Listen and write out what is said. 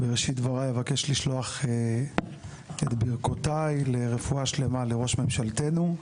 בראשית דבריי אבקש לשלוח את ברכותיי לרפואה שלמה לראש ממשלתנו.